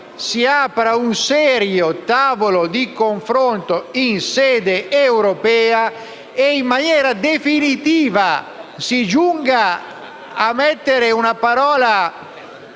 si apra un serio tavolo di confronto in sede europea e in maniera definitiva si giunga a mettere la parola